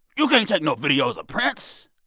you can't take no videos of prince.